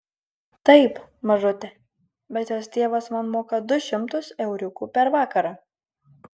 taip mažute bet jos tėvas man moka du šimtus euriukų per vakarą